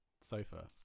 sofa